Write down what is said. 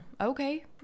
okay